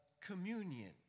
communion